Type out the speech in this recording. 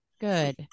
Good